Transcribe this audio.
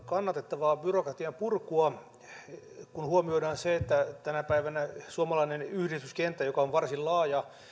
kannatettavaa byrokratian purkua kun huomioidaan se että tänä päivänä suomalainen yhdistyskenttä joka on varsin laaja